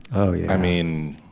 oh yeah i mean